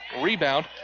Rebound